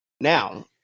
Now